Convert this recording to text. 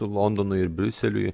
londonui ir briuseliui